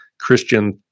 Christian